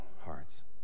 hearts